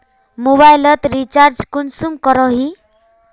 Mobile लोत recharge कुंसम करोही?